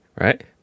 Right